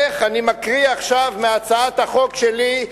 אני מקריא עכשיו מהצעת החוק שלי,